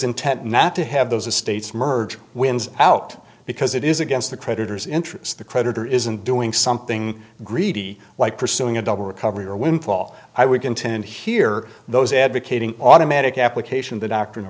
intent not to have those a states merge wins out because it is against the creditors interest the creditor isn't doing something greedy like pursuing a double recovery or windfall i would contend here those advocating automatic application the doctrine